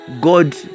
god